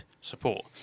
support